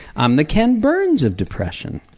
i'm the ken burns of depression.